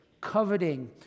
coveting